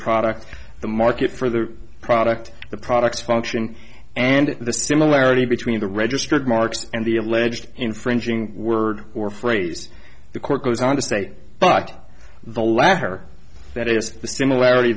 product the market for the product the products function and the sea similarity between the registered marks and the alleged infringing word or phrase the court goes on to say but the latter that is the similarity